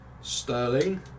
Sterling